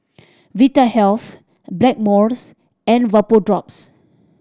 Vitahealth Blackmores and Vapodrops